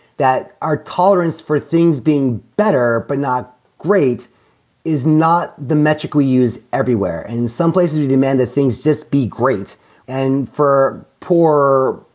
that our tolerance for things being better but not great is not the metric we use everywhere. in some places we demand that things just be great and for poor,